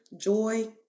joy